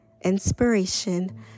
inspiration